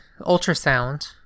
ultrasound